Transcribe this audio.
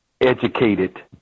educated